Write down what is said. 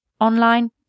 Online